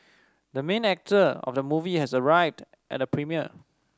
the main actor of the movie has arrived at the premiere